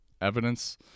Evidence